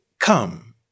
Come